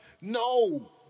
No